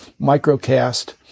microcast